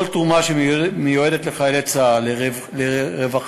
כל תרומה שמיועדת לחיילי צה"ל, לרווחה,